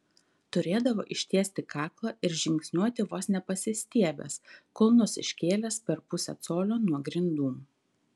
turėdavo ištiesti kaklą ir žingsniuoti vos ne pasistiebęs kulnus iškėlęs per pusę colio nuo grindų